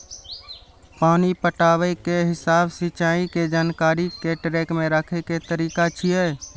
पानि पटाबै के हिसाब सिंचाइ के जानकारी कें ट्रैक मे राखै के तरीका छियै